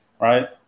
right